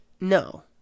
No